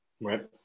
Right